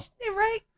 Right